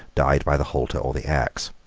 died by the halter or the axe.